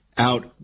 Out